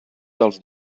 dels